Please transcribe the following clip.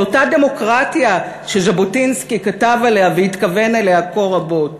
על אותה דמוקרטיה שז'בוטינסקי כתב עליה והתכוון אליה כה רבות.